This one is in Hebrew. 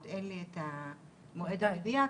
עוד אין לי את המועד המדויק,